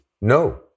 No